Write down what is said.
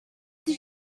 did